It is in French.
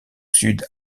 sud